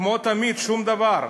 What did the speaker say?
כמו תמיד, שום דבר,